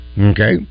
Okay